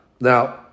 Now